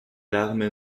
larmes